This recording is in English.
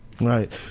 Right